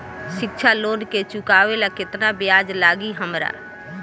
शिक्षा लोन के चुकावेला केतना ब्याज लागि हमरा?